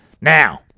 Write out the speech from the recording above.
Now